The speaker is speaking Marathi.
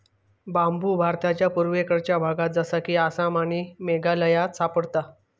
बांबु भारताच्या पुर्वेकडच्या भागात जसा कि आसाम आणि मेघालयात सापडता